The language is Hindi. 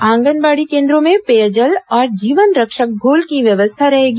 आंगनबाड़ी केन्द्रों में पेयजल और जीवन रक्षक घोल की व्यवस्था रहेगी